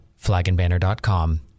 flagandbanner.com